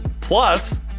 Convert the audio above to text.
Plus